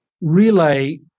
relay